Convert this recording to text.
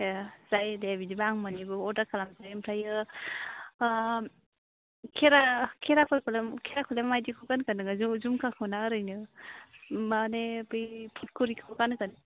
ए जायो दे बिदिबा आं मोननैबो अर्दार खलामनिसै ओमफ्राय खेरा खेराफोरखौलाय माबायदिखौ गानगोन नोङो जुमखाखौ ना ओरैनो माने बे फुलख'रिखौ गानगोन